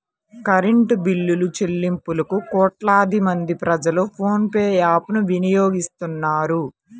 current బిల్లులుచెల్లింపులకు కోట్లాది మంది ప్రజలు ఫోన్ పే యాప్ ను వినియోగిస్తున్నారు